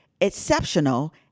Exceptional